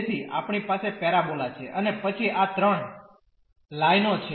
તેથી આપણી પાસે પેરાબોલા છે અને પછી આ ત્રણ લાઈનો છે